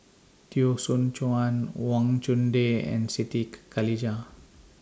Teo Soon Chuan Wang Chunde and Siti Khalijah